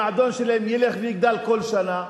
המועדון שלהם ילך ויגדל כל שנה,